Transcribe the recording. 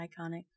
iconic